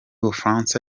bufaransa